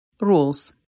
Rules